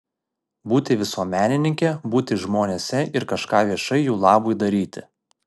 būti visuomenininke būti žmonėse ir kažką viešai jų labui daryti